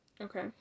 Okay